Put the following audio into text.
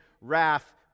wrath